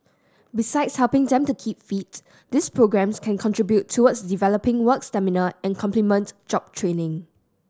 besides helping them to keep fit these programmes can contribute towards developing work stamina and complement job training